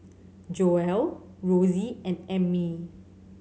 Joelle Rossie and Ammie